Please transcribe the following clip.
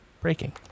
breaking